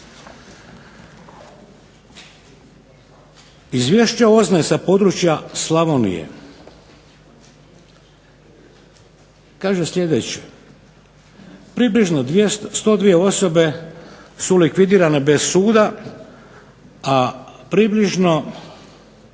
Izvješće OZNA-e sa područja Slavonije kaže sljedeće: "Približno 102 osobe su likvidirane bez suda, a približno